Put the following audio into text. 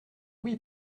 oui